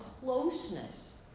closeness